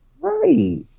Right